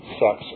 sex